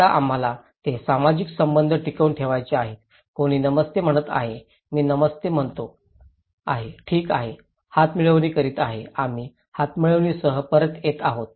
आता आम्हाला ते सामाजिक संबंध टिकवून ठेवायचे आहेत कोणी नमस्ते म्हणत आहे मी नमस्ते म्हणतो आहे ठीक आहे हातमिळवणी करीत आहे आम्ही हातमिळवणीसह परत येत आहोत